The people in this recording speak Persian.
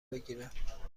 بگیرم